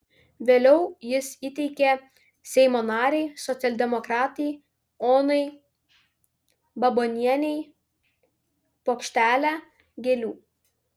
vėliau jis įteikė seimo narei socialdemokratei onai babonienei puokštelę gėlių